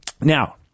now